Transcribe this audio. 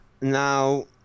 Now